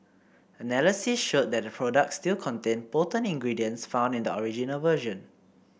analysis showed that the products still contained potent ingredients found in the original version